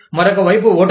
మరొక వైపు ఓటమి